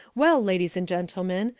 well, ladies and gentlemen,